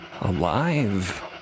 alive